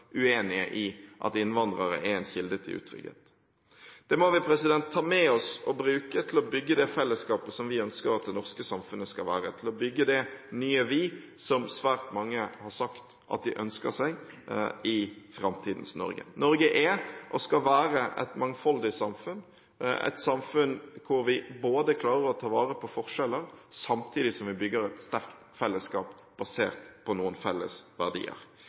i at innvandrere er en kilde til utrygghet. Det må vi ta med oss og bruke til å bygge det fellesskapet som vi ønsker at det norske samfunnet skal være – til å bygge det nye «vi» som svært mange har sagt at de ønsker seg i framtidens Norge. Norge er og skal være et mangfoldig samfunn, et samfunn hvor vi klarer å ta vare på forskjeller, samtidig som vi bygger et sterkt fellesskap basert på noen felles verdier.